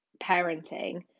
parenting